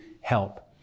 help